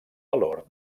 valor